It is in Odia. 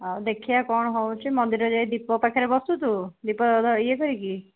ଆଉ ଦେଖିବା କ'ଣ ହେଉଛି ମନ୍ଦିର ଯାଇ ଦୀପ ପାଖରେ ବସୁଛୁ ଦୀପ ଇଏ କରିକି